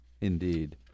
indeed